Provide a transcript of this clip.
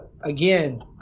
again